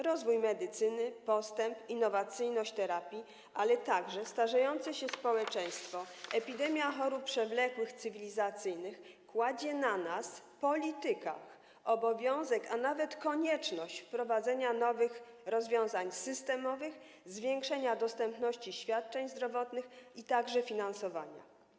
Rozwój medycyny, postęp, innowacyjność terapii, ale także starzejące się społeczeństwo, epidemia chorób przewlekłych, cywilizacyjnych nakładają na nas, polityków, obowiązek, a nawet konieczność wprowadzenia nowych rozwiązań systemowych, zwiększenia dostępności świadczeń zdrowotnych, a także finansowania.